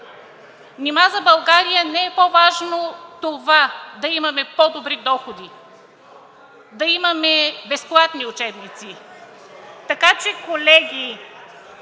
Нима за България не е по-важно това да имаме по-добри доходи? Да имаме безплатни учебници? Така че, колеги